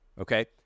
Okay